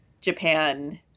japan